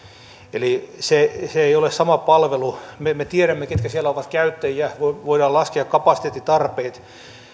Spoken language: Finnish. eli se se ei ole sama palvelu me tiedämme ketkä siellä ovat käyttäjiä voidaan laskea kapasiteettitarpeet